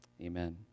Amen